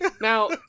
Now